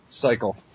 cycle